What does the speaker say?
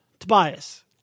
Tobias